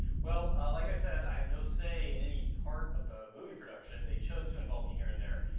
well, ah like i said, i have no say in any part of the movie production. they chose to involve me here and there.